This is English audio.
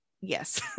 Yes